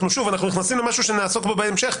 שוב, אנחנו נכנסים למשהו שנעסוק בו בהמשך.